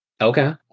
Okay